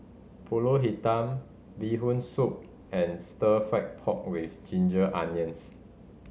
Pulut Hitam Bee Hoon Soup and Stir Fry pork with ginger onions